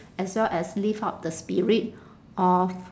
as well as lift up the spirit of